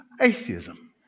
atheism